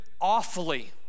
awfully